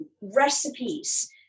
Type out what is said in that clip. recipes